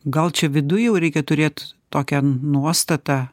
gal čia ja viduje reikia turėt tokią nuostatą